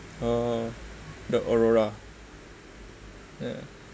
oh the aurora ya